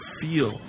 feel